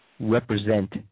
represent